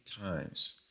times